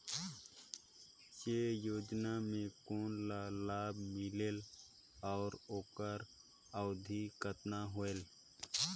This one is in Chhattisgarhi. ये योजना मे कोन ला लाभ मिलेल और ओकर अवधी कतना होएल